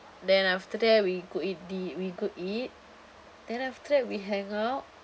then after that we go eat di~ we go eat then after that we hangout